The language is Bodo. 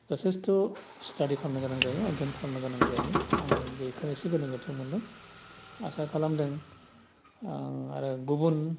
जथेसथ' स्टाडि खालामनो गोनां जायो माइदन खालामनो गोनां जायो आं बेखौ एसे गोनो गोथो मोनदों आसा खालामदों आं आरो गुबुन